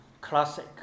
classic